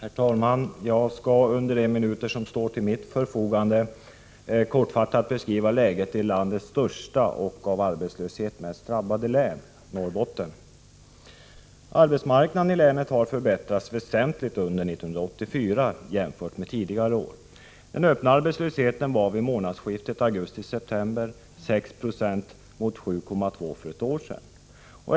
Herr talman! Jag skall under de minuter som står till mitt förfogande beskriva läget i landets största och av arbetslöshet mest drabbade län, Norrbotten. Arbetsmarknaden i länet har förbättrats väsentligt under 1984 jämfört med tidigare år. Den öppna arbetslösheten var vid månadsskiftet augusti september 6,0 26 mot 7,2 90 för ett år sedan.